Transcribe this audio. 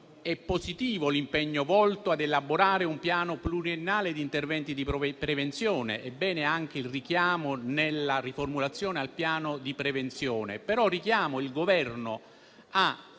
è positivo l'impegno volto a elaborare un piano pluriennale di interventi di prevenzione, così come lo è il richiamo nella riformulazione al piano di prevenzione.